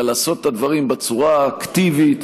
אלא לעשות את הדברים בצורה אקטיבית,